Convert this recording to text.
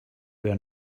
there